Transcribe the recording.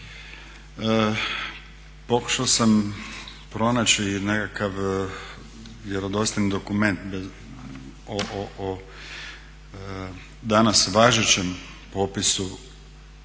Pokušao sam pronaći nekakav vjerodostojni dokument o danas važećem popisu pravnih